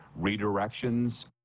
redirections